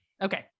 Okay